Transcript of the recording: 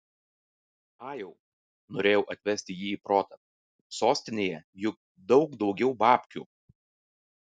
ajau norėjau atvesti jį į protą sostinėje juk daug daugiau babkių